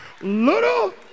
Little